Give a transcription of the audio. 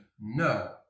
No